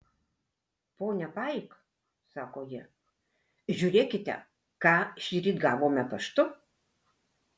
ponia paik sako ji žiūrėkite ką šįryt gavome paštu